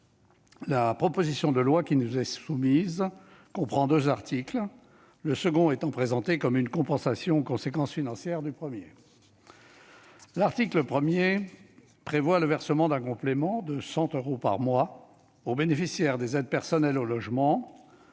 la proposition de loi qui nous est soumise comprend deux articles, le second étant présenté comme une compensation des conséquences financières du premier. L'article 1 prévoit le versement d'un complément de 100 euros par mois aux bénéficiaires des aides personnelles au logement.